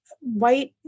white